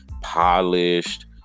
polished